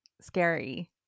scary